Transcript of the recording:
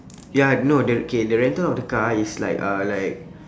ya no the okay the rental of the car is like uh like